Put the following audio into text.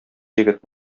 егет